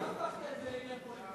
אתה הפכת את זה לעניין פוליטי.